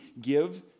give